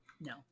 No